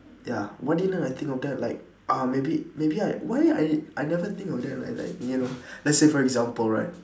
ya why didn't I think of that like uh maybe maybe I why I I never think of that man like like you know let's say for example right